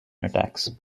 attacks